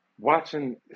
watching